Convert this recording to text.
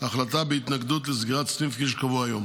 החלטה בהתנגדות לסגירת סניף, כפי שקבוע היום.